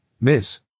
Miss